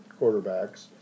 quarterbacks